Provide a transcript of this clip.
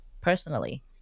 personally